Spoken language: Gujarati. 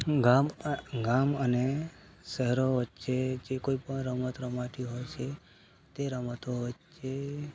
ગામ ગામ અને શહેરો વચ્ચે જે કોઈ પણ રમત રમાતી હોય છે તે રમતો વચ્ચે